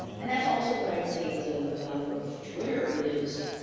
and that's also what i would say is a value of twitter is,